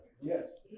Yes